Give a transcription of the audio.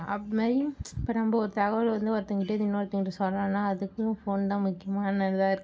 அது மாரியும் இப்போ நம்ம ஒரு தகவலை வந்து ஒருத்தவங்கள்டேந்து இன்னொருத்தவங்களுக்கு சொல்லணுனால் அதுக்கும் ஃபோனு தான் முக்கியமானதாக இருக்குது